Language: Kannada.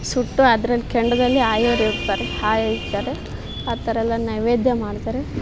ಸುಟ್ಟು ಅದ್ರಲ್ಲಿ ಕೆಂಡದಲ್ಲಿ ಆಯೋರು ಇರ್ತಾರೆ ಆಯ್ತಾರೆ ಆ ಥರ ಎಲ್ಲ ನೈವೇದ್ಯ ಮಾಡ್ತಾರೆ